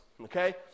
okay